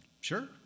sure